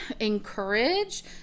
encourage